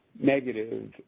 negative